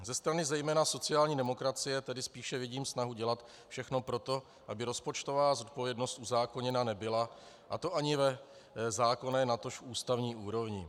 Ze strany zejména sociální demokracie tady spíše vidím snahu dělat všechno pro to, aby rozpočtová odpovědnost uzákoněna nebyla, a to ani v zákonné, natož ústavní úrovni.